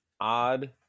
odd